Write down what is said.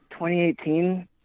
2018